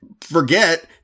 forget